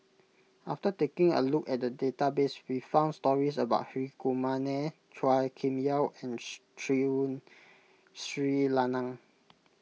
after taking a look at the database we found stories about Hri Kumar Nair Chua Kim Yeow and Tun Sri Lanang